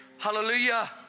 Hallelujah